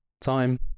Time